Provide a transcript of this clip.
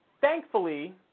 Thankfully